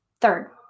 Third